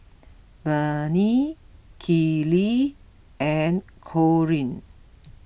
Bennie Kylee and Corean